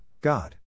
God